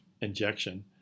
injection